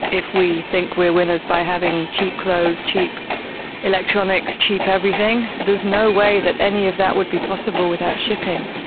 if we think we are winners by having cheap clothes, cheap electronics, cheap everything. there's no way that any of that would be possible without shipping.